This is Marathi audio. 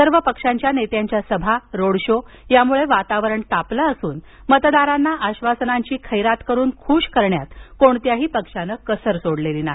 सर्व पक्षांच्या नेत्यांच्या सभा रोड शो यामुळे वातावरण तापलं असून मतदारांना आश्वासनांची खैरात करून खूष करण्यात कोणत्याच पक्षानं कसर सोडलेली नाही